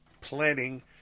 planning